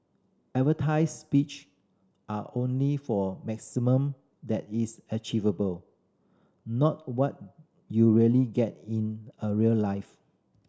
advertised speed are only for maximum that is achievable not what you really get in a real life